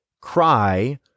cry